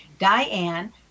Diane